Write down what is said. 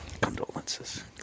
condolences